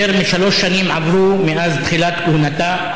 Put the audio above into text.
יותר משלוש שנים עברו מאז תחילת כהונתה,